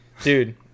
dude